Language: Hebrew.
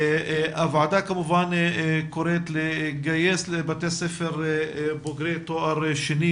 הוועדה קוראת לגייס לבתי הספר בוגרי תואר שני